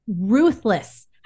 ruthless